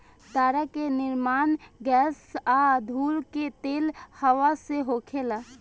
तारा के निर्माण गैस आ धूल के तेज हवा से होखेला